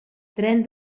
tren